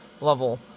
level